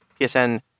PSN